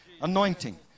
Anointing